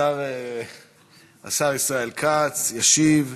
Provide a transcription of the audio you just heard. השר ישראל כץ ישיב.